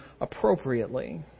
appropriately